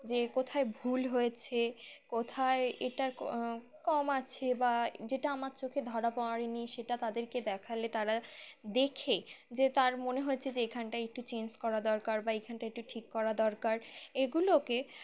যে কোথায় ভুল হয়েছে কোথায় এটার কম আছে বা যেটা আমার চোখে ধরা পড়েন সেটা তাদেরকে দেখালে তারা দেখে যে তার মনে হচ্ছে যে এখানটাায় একটু চেঞ্জ করা দরকার বা এখানটা একটু ঠিক করা দরকার এগুলোকে